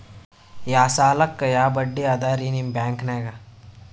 ಯಾ ಸಾಲಕ್ಕ ಯಾ ಬಡ್ಡಿ ಅದರಿ ನಿಮ್ಮ ಬ್ಯಾಂಕನಾಗ?